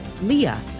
Leah